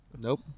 nope